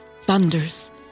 thunders